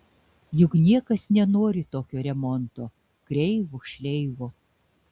juk niekas nenori tokio remonto kreivo šleivo